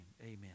Amen